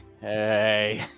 Hey